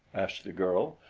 asked the girl.